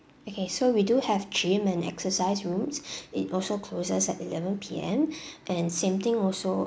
okay so we do have gym and exercise rooms it also closes at eleven P_M and same thing also